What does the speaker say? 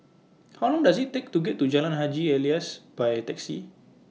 How Long Does IT Take to get to Jalan Haji Alias By Taxi